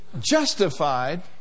justified